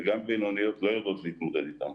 ובינוניות לא יודעות להתמודד אתם.